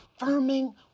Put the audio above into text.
affirming